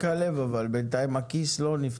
רק הלב אבל, בינתיים הכיס לא נפתח.